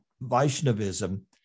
Vaishnavism